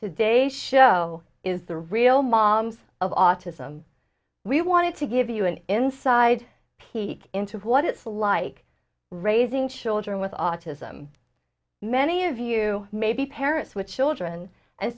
today show is the real moms of autism we wanted to give you an inside peek into what it's like raising children with autism many of you may be parents with children and